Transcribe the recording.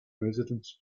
residence